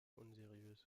unseriös